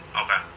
okay